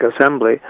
assembly